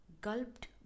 gulped